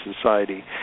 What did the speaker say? society